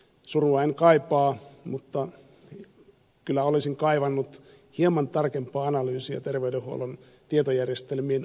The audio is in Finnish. surua en kaipaa mutta kyllä olisin kaivannut hieman tarkempaa analyysia terveydenhuollon tietojärjestelmien ongelmakentästäkin